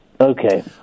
Okay